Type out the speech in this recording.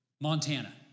Montana